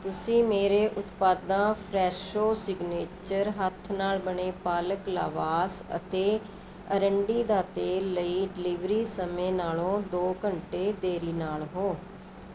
ਤੁਸੀਂ ਮੇਰੇ ਉਤਪਾਦਾਂ ਫਰੈਸ਼ੋ ਸਿਗਨੇਚਰ ਹੱਥ ਨਾਲ਼ ਬਣੇ ਪਾਲਕ ਲਾਵਾਸ ਅਤੇ ਅਰੰਡੀ ਦਾ ਤੇਲ ਲਈ ਡਿਲੀਵਰੀ ਸਮੇਂ ਨਾਲ਼ੋਂ ਦੋ ਘੰਟੇ ਦੇਰੀ ਨਾਲ਼ ਹੋ